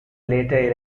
later